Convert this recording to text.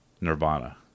Nirvana